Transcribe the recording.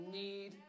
need